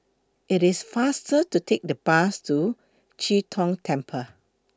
IT IS faster to Take The Bus to Chee Tong Temple